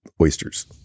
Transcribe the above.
oysters